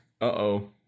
Uh-oh